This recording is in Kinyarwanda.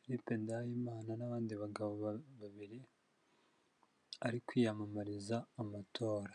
Philippe Ndahimana n'abandi bagabo babiri, ari kwiyamamariza amatora,